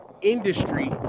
industry